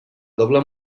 doble